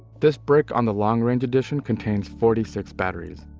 this brick on the long range edition contains forty six batteries,